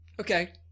Okay